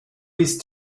ist